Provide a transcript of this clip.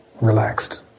relaxed